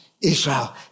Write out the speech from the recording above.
Israel